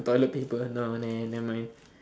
toilet paper no nah nevermind